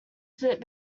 split